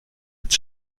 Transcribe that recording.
als